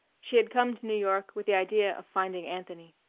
she had come to new york with the idea of finding anthony.